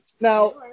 Now